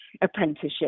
apprenticeship